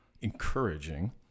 encouraging